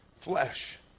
flesh